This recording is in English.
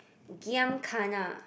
giam kena